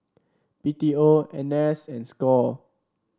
B T O N S and Score